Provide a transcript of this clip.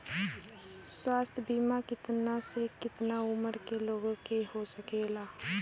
स्वास्थ्य बीमा कितना से कितना उमर के लोगन के हो सकेला?